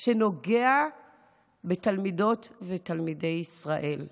שנוגע בתלמידות ובתלמידי ישראל.